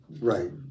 right